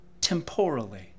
temporally